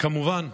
כמובן,